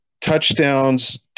touchdowns